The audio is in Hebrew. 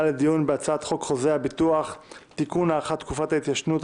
חוק חוזה הביטוח (תיקון - הארכת תקופת ההתיישנות),